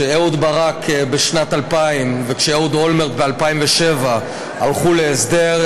כשאהוד ברק בשנת 2000 ואהוד אולמרט ב-2007 הלכו להסדר,